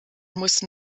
mussten